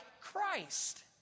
Christ